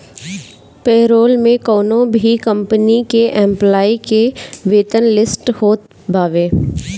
payroll में कवनो भी कंपनी के एम्प्लाई के वेतन लिस्ट होत बावे